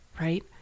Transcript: right